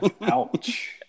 Ouch